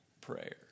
prayer